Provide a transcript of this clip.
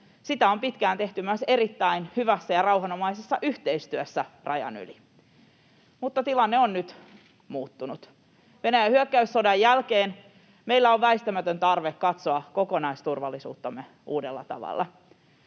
Sitä on pitkään tehty myös erittäin hyvässä ja rauhanomaisessa yhteistyössä rajan yli, mutta tilanne on nyt muuttunut. Venäjän hyökkäyssodan jälkeen meillä on väistämätön tarve katsoa kokonaisturvallisuuttamme uudella tavalla.